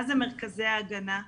מה זה מרכזי ההגנה?